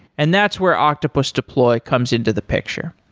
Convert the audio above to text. and that's where octopus deploy comes into the picture.